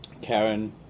karen